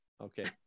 okay